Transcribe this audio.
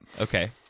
Okay